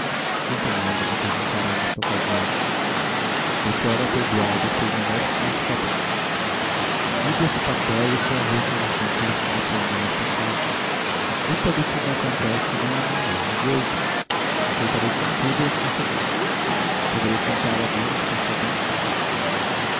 não tenho ânimo de os encarar nesta ocasião melchior atordoado fez um leve sinal de cabeça lido esse papel estão rotos os vínculos que me prendem a esta casa a culpa do que me acontece não é minha é de outros aceitarei contudo as conseqüências poderei contar ao menos com a sua bênção